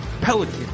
Pelican